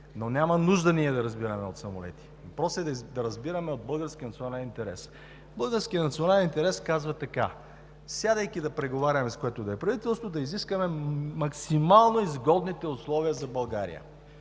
но няма нужда ние да разбираме от самолети. Въпросът е да разбираме от българския национален интерес. Българският национален интерес казва така: сядайки да преговаряме с което и да е правителство, да изискаме максимално изгодните условия за България.